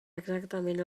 exactament